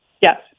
Yes